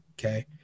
okay